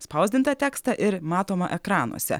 spausdintą tekstą ir matomą ekranuose